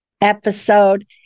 episode